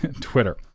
Twitter